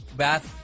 bath